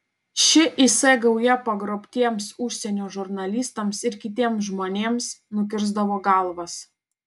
ši is gauja pagrobtiems užsienio žurnalistams ir kitiems žmonėms nukirsdavo galvas